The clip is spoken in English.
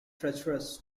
treacherous